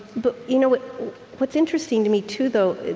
but you know what's interesting to me too, though,